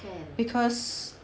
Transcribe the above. because